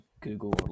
Google